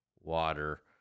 water